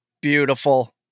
Beautiful